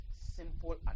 simple